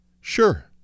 Sure